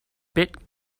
bit